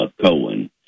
Cohen